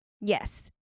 Yes